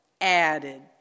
added